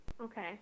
Okay